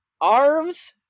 arms